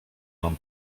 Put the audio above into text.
nam